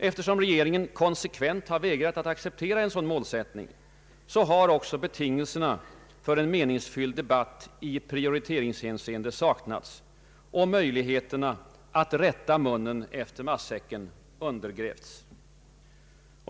Eftersom regeringen konsekvent vägrat acceptera denna tankegång, har också betingelserna för en meningsfylld debatt i prioriteringshänseende saknats och möjligheterna att rätta munnen efter matsäcken undergrävts.